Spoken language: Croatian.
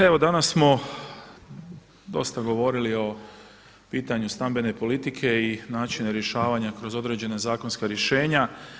Evo danas smo dosta govorili o pitanju stambene politike i načina rješavanja kroz određena zakonska rješenja.